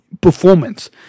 performance